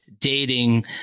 dating